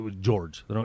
George